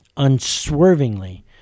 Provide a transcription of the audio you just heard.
unswervingly